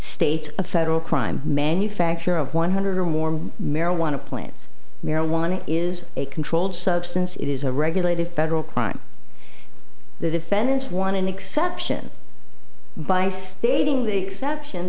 states a federal crime manufacture of one hundred or warm marijuana plants marijuana is a controlled substance it is a regulated federal crime the defendants want an exception by stating the exception